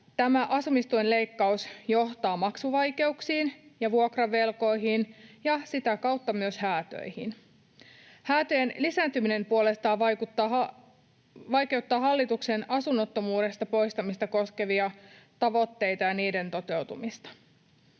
tämä asumistuen leikkaus johtaa maksuvaikeuksiin ja vuokravelkoihin ja sitä kautta myös häätöihin? Häätöjen lisääntyminen puolestaan vaikeuttaa hallituksen asunnottomuuden poistamista koskevia tavoitteita ja niiden toteutumista.